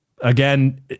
Again